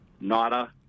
NADA